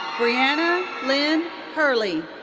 brenna lynn hurley.